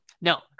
No